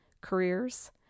careers